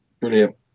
brilliant